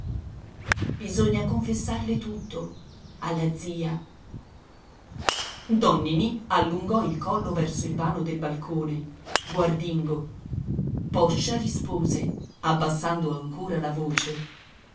bisogna confessarle tutto alla zia don ninì allungò il collo verso il vano del balcone guardingo poscia rispose abbassando ancora la voce